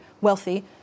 wealthy